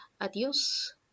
adios